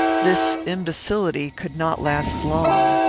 this imbecility could not last long.